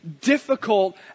difficult